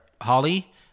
Holly